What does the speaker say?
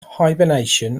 hibernation